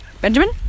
Benjamin